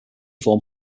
form